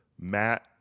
Matt